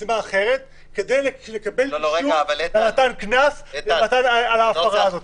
משימה אחרת כדי לקבל אישור על מתן קנס על ההפרה הזאת.